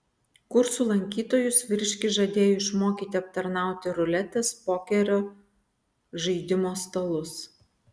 kursų lankytojus vyriškis žadėjo išmokyti aptarnauti ruletės pokerio žaidimo stalus